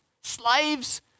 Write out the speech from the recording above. Slaves